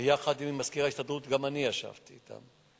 ביחד עם מזכיר ההסתדרות, ישבתי אתם.